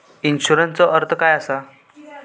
इन्शुरन्सचो अर्थ काय असा?